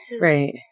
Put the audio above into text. Right